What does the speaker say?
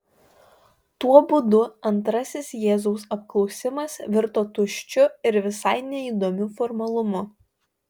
tuo būdu antrasis jėzaus apklausimas virto tuščiu ir visai neįdomiu formalumu